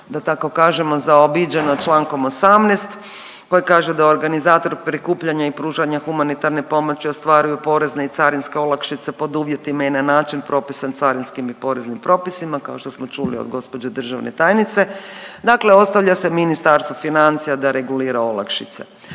da tako kažemo zaobiđeno čl. 18. koji kaže da organizator prikupljanja i pružanja humanitarne pomoći ostvaruju porezne i carinske olakšice pod uvjetima i na način propisan carinskim i poreznim propisima, kao što smo čuli od gospođe državne tajnice, dakle ostavlja se Ministarstvu financija da regulira olakšice.